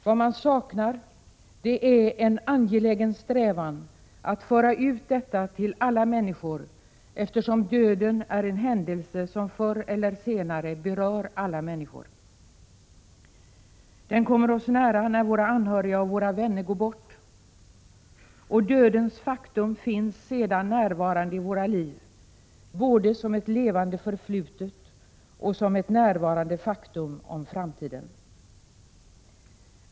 Vad man saknar är en angelägen strävan att föra ut detta till alla människor, eftersom döden är en händelse som förr eller senare berör alla. Den kommer oss nära då våra anhöriga och våra vänner går bort, och dödens faktum finns sedan närvarande i våra liv, både som ett levande förflutet och som ett faktum om framtiden.